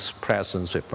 presence